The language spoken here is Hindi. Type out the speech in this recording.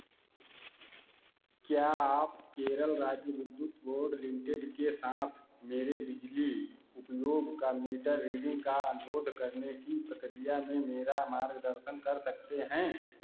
क्या आप केरल राज्य विद्युत बोर्ड लिमिटेड के साथ मेरे बिजली उपयोग का मीटर रीडिंग का अनुरोध करने की प्रक्रिया में मेरा मार्ग दर्शन कर सकते हैं